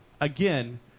again